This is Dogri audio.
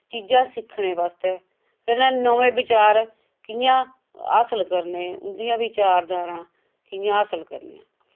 चीजां सिक्खने वास्तै कन्नै नवें बिचार कियां हासल करने उंदियां विचार धारां कियां हासल करनियां